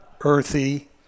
earthy